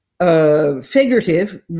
Figurative